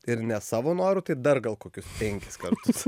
ir ne savo noru tai dar gal kokius penkis kartus